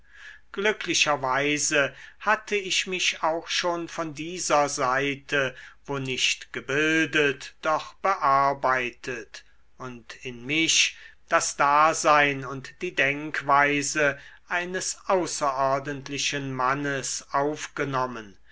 glücklicherweise hatte ich mich auch schon von dieser seite wo nicht gebildet doch bearbeitet und in mich das dasein und die denkweise eines außerordentlichen mannes aufgenommen